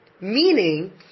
meaning